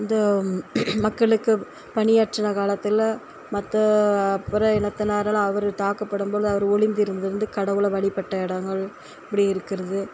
இந்த மக்களுக்கு பணியாற்றின காலத்தில் மற்ற பிற இனத்துனால அவர் தாக்கப்படும் பொழுது அவர் ஒழிந்து இருந்து இருந்து கடவுளை வழிபட்ட இடங்கள் இப்படி இருக்கிறது